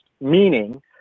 meaning